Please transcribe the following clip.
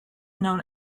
known